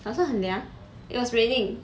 好像很凉 hen liang it was raining 凉